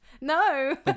No